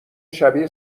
شبیه